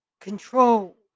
control